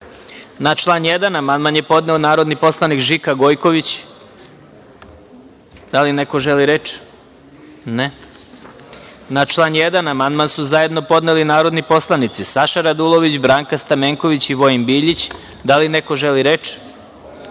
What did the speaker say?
član 1. amandman je podneo narodni poslanik Žika Gojković. Da li neko želi reč? (Ne)Na član 1. amandman su zajedno podneli narodni poslanici Saša Radulović, Branka Stamenković i Vojin Biljić. Da li neko želi reč?